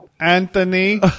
Anthony